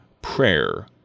Prayer